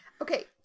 Okay